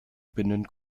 binnen